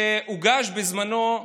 שהוגש בזמנו,